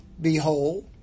Behold